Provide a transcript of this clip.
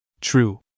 True